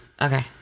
Okay